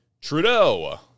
Trudeau